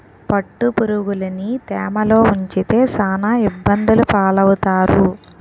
పట్టుపురుగులుని తేమలో ఉంచితే సాన ఇబ్బందులు పాలవుతారు